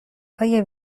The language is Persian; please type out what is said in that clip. های